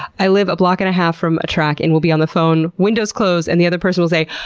i live a block and a half from track and will be on the phone, windows closed, and the other person will say,